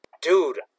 Dude